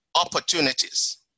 opportunities